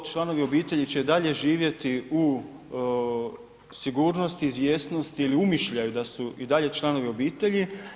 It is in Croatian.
Članovi obitelji će dalje živjeti u sigurnosti izvjesnosti ili umišljaju da su i dalje članovi obitelji.